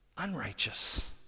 unrighteous